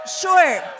Sure